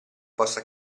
possa